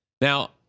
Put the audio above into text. Now